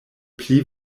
pli